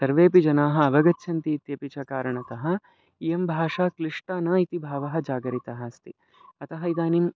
सर्वेपि जनाः अवगच्छन्तीत्यपि च कारणतः इयं भाषा क्लिष्टा न इति बहवः जागरितः अस्ति अतः इदानीं